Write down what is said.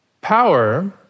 Power